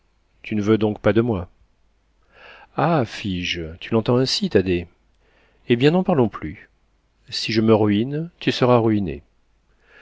tu ne veux donc pas de moi ah fis-je tu l'entends ainsi thaddée eh bien n'en parlons plus si je me ruine tu seras ruiné